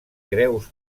greus